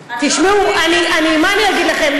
תשמעו, מה אני אגיד לכם?